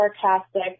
sarcastic